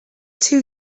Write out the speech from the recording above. two